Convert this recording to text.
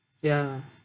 ya